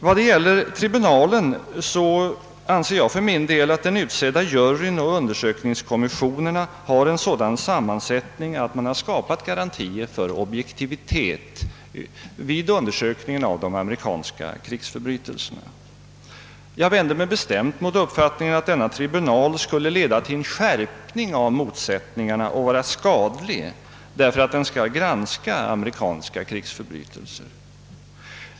Vad gäller tribunalen anser jag för min del att den utsedda juryn och undersökningskommissionerna har en sådan sammansättning, att det skapats garantier för objektivitet vid undersökningen av de amerikanska krigsförbrytelserna. Jag vänder mig bestämt mot uppfattningen att upprättandet av denna tribunal skulle leda till en skärpning av motsättningarna och vara skadligt därför att tribunalen skall granska amerikanska krigsförbrytelser.